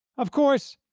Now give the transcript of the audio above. of course,